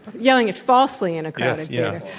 yelling it falsely in a crowded, yeah